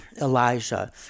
Elijah